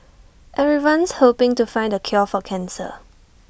everyone's hoping to find the cure for cancer